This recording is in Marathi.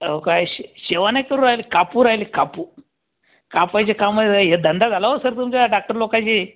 अहो काय शे सेवा नाही करू राहिले कापू राहिले कापू कापायचे कामं हे धंदा झाला हो सर तुमच्या डॉक्टर लोकायचे